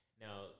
Now